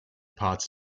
potts